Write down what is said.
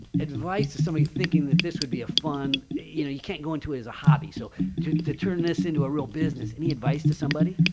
advice to somebody thinking that this would be a fun, you know, you can't go into it as a hobby. so to to turn this into a real business, any advice to somebody?